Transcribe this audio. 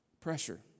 pressure